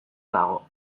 dago